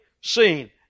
seen